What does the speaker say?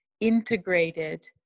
integrated